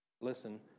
Listen